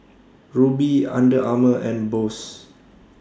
Rubi Under Armour and Bose